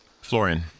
florian